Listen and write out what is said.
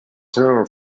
term